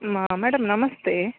ಮ ಮೇಡಮ್ ನಮಸ್ತೆ